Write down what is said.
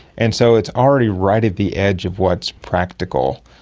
and so it's already right at the edge of what's practical.